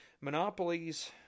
Monopolies